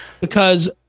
because-